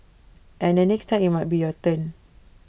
and the next time IT might be your turn